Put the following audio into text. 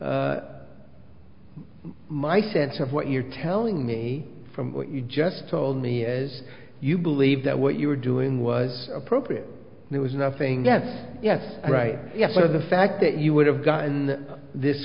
under my sense of what you're telling me from what you just told me is you believe that what you were doing was appropriate there was nothing yes yes right yes but the fact that you would have gotten this